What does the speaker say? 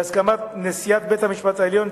בהסכמת נשיאת בית-המשפט העליון,